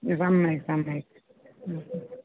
एवम् सम्यक्